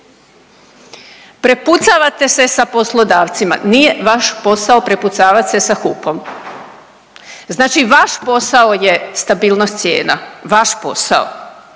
Prepucavate se sa poslodavcima, nije vaš posao prepucavati se sa HUP-om. Znači vaš posao je stabilnost cijena, vaš posao,